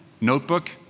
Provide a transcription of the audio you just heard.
Notebook